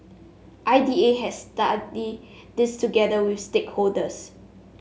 I D A has studied this together with stakeholders